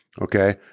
Okay